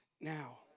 now